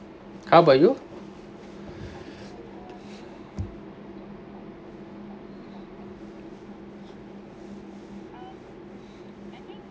how about you